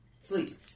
Sleep